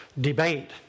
debate